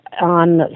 on